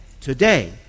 today